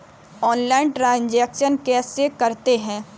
Online transaction कैसे करते हैं?